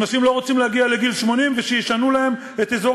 אנשים לא רוצים להגיע לגיל 80 ושישנו להם את אזור